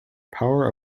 power